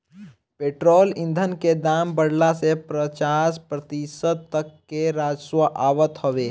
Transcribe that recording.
petrol ईधन के दाम बढ़ला से पचास प्रतिशत तक ले राजस्व आवत हवे